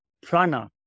prana